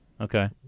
Okay